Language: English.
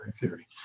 theory